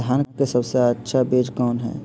धान की सबसे अच्छा बीज कौन है?